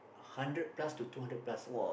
hundred plus to two hundred plus